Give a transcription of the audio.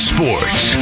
Sports